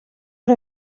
out